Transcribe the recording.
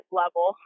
level